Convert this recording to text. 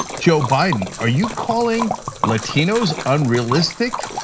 joe biden, are you calling latinos unrealistic?